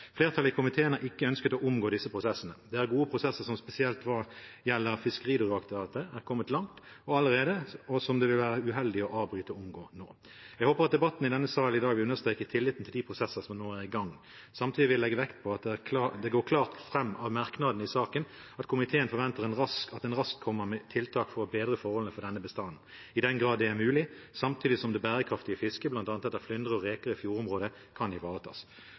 Flertallet i komiteen har ikke ønsket å omgå disse prosessene. Det er gode prosesser som spesielt når det gjelder Fiskeridirektoratet, er kommet langt allerede, og som det vil være uheldig å avbryte og omgå nå. Jeg håper at debatten i denne sal i dag understreker tilliten til de prosesser som nå er i gang. Samtidig vil jeg legge vekt på at det går klart fram av merknadene i saken at komiteen forventer at en raskt kommer med tiltak for å bedre forholdene for denne bestanden i den grad det er mulig, samtidig som det bærekraftige fisket, bl.a. etter flyndre og reker i fjordområdet, kan ivaretas.